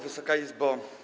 Wysoka Izbo!